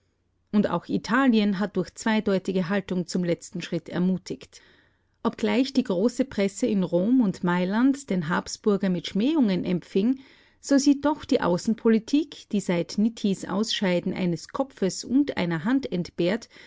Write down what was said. und auch italien hat durch zweideutige haltung zum letzten schritt ermutigt obgleich die große presse in rom und mailand den habsburger mit schmähungen empfing so sieht doch die außenpolitik die seit nittis ausscheiden eines kopfes und einer hand entbehrt